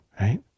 right